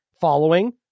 following